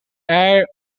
air